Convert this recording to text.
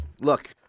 look